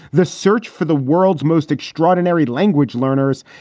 the search for the world's most extraordinary language learners.